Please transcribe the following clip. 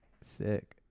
Sick